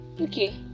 okay